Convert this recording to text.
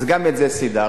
אז גם את זה סידרנו.